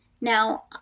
Now